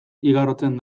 igarotzen